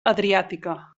adriàtica